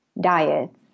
diets